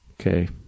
okay